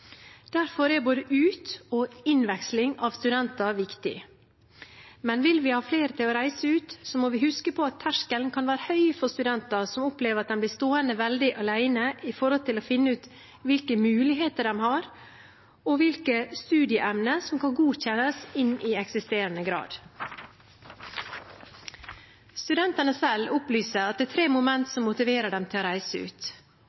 Derfor er både ut- og innveksling av studenter viktig. Men vil vi ha flere til å reise ut, må vi huske på at terskelen kan være høy for studenter som opplever at de blir stående veldig alene med å finne ut hvilke muligheter de har, og hvilke studieemner som kan godkjennes inn i eksisterende grad. Studentene selv opplyser at det er tre momenter som motiverer dem til å reise ut: